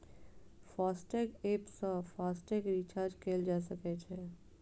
FASTag app सं FASTag recharge कैल जा सकै छै